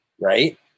Right